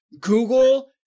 Google